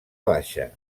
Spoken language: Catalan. baixa